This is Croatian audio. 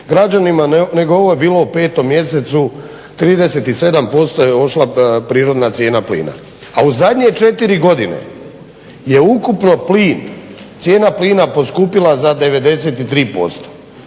građanima, nego ovo je bilo u 5 mjesecu 37% je ošla prirodna cijena plina, a u zadnje 4 godine je ukupno plin, cijena plina poskupila za 93%